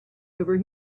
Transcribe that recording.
over